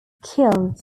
killed